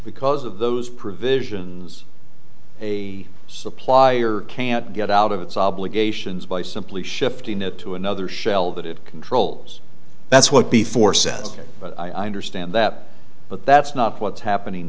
because of those provisions a supplier can't get out of its obligations by simply shifting it to another shell that it controls that's what before says i understand that but that's not what's happening